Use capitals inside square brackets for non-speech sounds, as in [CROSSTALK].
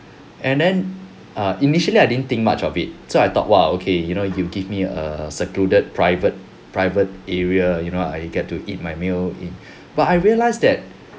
and then err initially I didn't think much of it so I thought !wow! okay you know you give me a secluded private private area you know I get to eat my meal in [BREATH] but I realised that